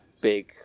big